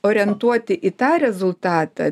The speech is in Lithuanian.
orientuoti į tą rezultatą